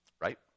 right